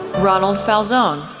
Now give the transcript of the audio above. ronald falzone,